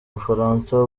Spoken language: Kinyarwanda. bufaransa